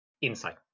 Insight